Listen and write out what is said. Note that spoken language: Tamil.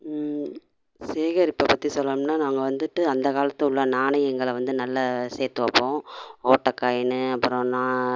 சேகரிப்பைப்பத்தி சொல்லணும்னால் நாங்கள் வந்துட்டு அந்த காலத்து உள்ள நாணயங்களை வந்து நல்லா சேர்த்து வைப்போம் ஓட்டை காயின்னு அப்பறம் நான்